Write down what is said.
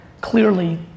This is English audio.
clearly